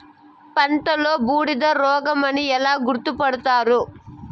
పంటలో బూడిద రోగమని ఎలా గుర్తుపడతారు?